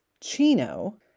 Chino